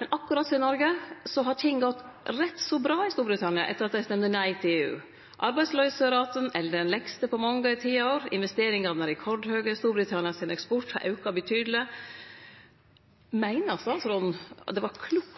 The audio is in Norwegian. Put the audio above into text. Men akkurat som i Noreg har ting gått rett så bra i Storbritannia etter at dei stemde nei til EU. Arbeidsløyseraten er den lægste på mange tiår, investeringane er rekordhøge, og eksporten frå Storbritannia har auka betydeleg. Meiner statsråden at det var klokt